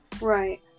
Right